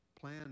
plan